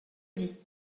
dit